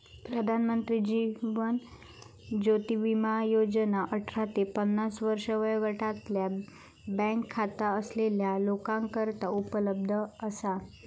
प्रधानमंत्री जीवन ज्योती विमा योजना अठरा ते पन्नास वर्षे वयोगटातल्या बँक खाता असलेल्या लोकांकरता उपलब्ध असा